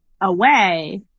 away